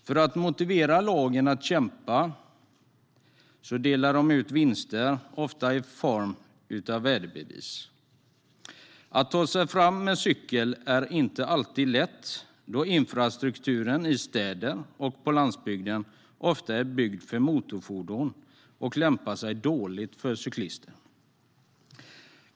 För att motivera lagen att kämpa delas vinster ut, ofta i form av värdebevis. Att ta sig fram med cykel är inte alltid lätt då infrastrukturen i städer och på landsbygden ofta är byggd för motorfordon och lämpar sig dåligt för cyklister.